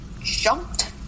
jumped